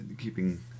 keeping